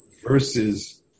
Versus